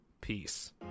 Peace